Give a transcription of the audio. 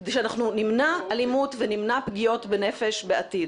כדי שאנחנו נמנע אלימות ונמנע פגיעות בנפש בעתיד.